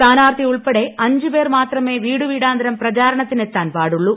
സ്ഥാനാർത്ഥി ഉൾപ്പെടെ അഞ്ചുപേർ മാത്രമേ വീടു വീടാന്തരം പ്രചാരണത്തിനെത്താന് പാടുള്ളൂ